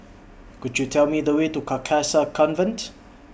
Could YOU Tell Me The Way to Carcasa Convent